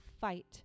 fight